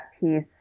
piece